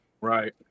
right